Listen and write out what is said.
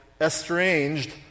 estranged